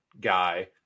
guy